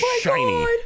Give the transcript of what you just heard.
shiny